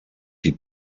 qui